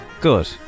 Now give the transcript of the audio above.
Good